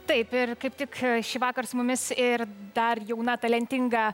taip ir kaip tik šįvakar su mumis ir dar jauna talentinga